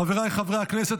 חבריי חברי הכנסת,